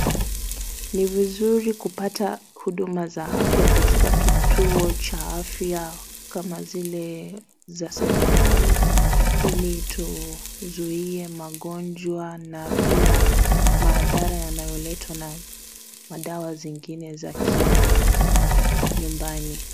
Ni vizuri kupata huduma za afya katika kituo cha afya kama zile za serikali hili tuzuie magonjwa na pia mathara yanayoletwa na madawa zingine za kinyumbani.